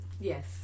Yes